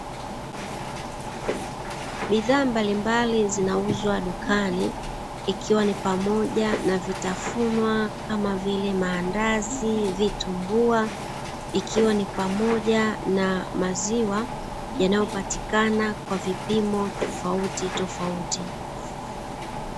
Bidhaa mbalimbali zinauzwa dukani ikiwa ni pamoja na vitafunwa kama vile: mandazi, vitumbua. Ikiwa ni pamoja na maziwa yanayo patikana kwa vipimo tofautitofauti.